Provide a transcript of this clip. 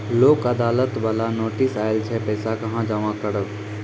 लोक अदालत बाला नोटिस आयल छै पैसा कहां जमा करबऽ?